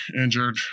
injured